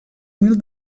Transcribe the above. mil